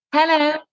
Hello